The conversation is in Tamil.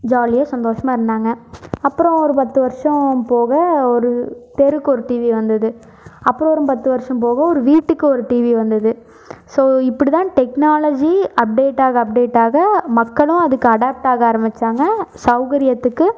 ஜாலியாக சந்தோசமாக இருந்தாங்க அப்புறம் ஒரு பத்து வர்ஷம் போக ஒரு தெருக்கு ஒரு டிவி வந்துது அப்புறம் ஒரு பத்து வர்ஷம் போக ஒரு வீட்டுக்கு ஒரு டிவி வந்துது ஸோ இப்படி தான் டெக்னாலஜி அப்டேட் ஆக அப்டேட் ஆக மக்களும் அதுக்கு அடாப்ட் ஆக ஆரமிச்சாங்க சௌகரியத்துக்கு